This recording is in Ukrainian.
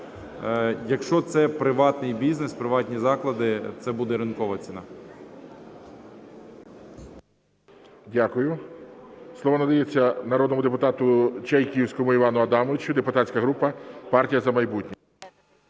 Якщо це приватний бізнес, приватні заклади, це буде ринкова ціна. ГОЛОВУЮЧИЙ. Дякую. Слово надається народному депутату Чайківському Івану Адамовичу, депутатська група "Партія "За майбутнє".